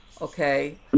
okay